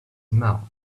mouths